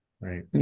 Right